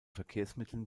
verkehrsmitteln